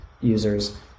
users